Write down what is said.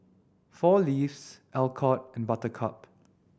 Four Leaves Alcott and Buttercup